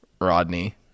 Rodney